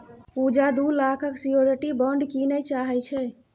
पुजा दु लाखक security bond कीनय चाहै छै